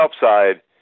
upside